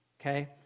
okay